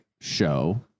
show